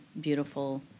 beautiful